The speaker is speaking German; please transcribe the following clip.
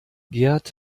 gerd